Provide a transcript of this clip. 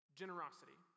generosity